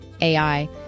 AI